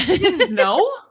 No